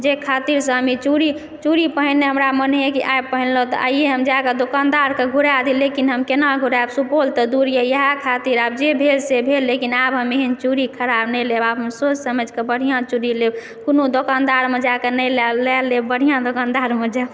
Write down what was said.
जाहि खातिरसँ हम ई चूड़ी पहिनयमे हमरा मन होइए कि आइ पहिनलहुँ तऽ आइए हम जाके दोकानदारकऽ घुरा दी लेकिन हम केना घुराएब सुपौल तऽ दूर यऽ तऽ इएह खातिर अब जे भेल से भेल लेकिन आब हम एहन चूड़ी खराप नहि लेब आब हम सोचि समझके बढ़िआँ चूड़ी लेब कोनो दुकानदारमऽ जाइकऽ नहि लए लेब बढ़िआँ दोकानदारमे जायब